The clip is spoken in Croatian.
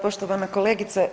Poštovana kolegice.